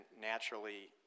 naturally